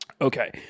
Okay